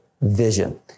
Vision